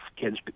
kids